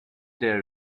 der